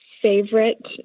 Favorite